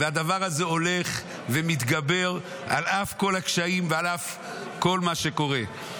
והדבר הזה הולך ומתגבר על אף כל הקשיים ועל אף כל מה שקורה.